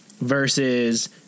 versus